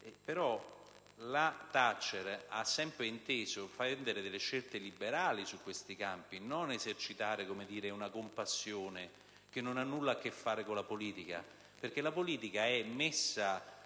in nulla, ha sempre inteso assumere scelte liberali in questi campi, non esercitare una compassione che non ha nulla a che fare con la politica. La politica è messa